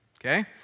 okay